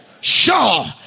sure